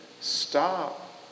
stop